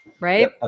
Right